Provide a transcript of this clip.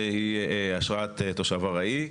ואשרת תושב ארעי,